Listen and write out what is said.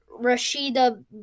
Rashida